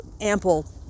ample